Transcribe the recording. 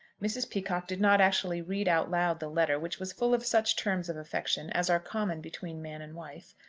mrs. peacocke did not actually read out loud the letter, which was full of such terms of affection as are common between man and wife,